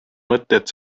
mõtteid